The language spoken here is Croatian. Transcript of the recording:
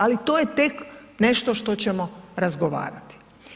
Ali to je tek nešto što ćemo razgovarati.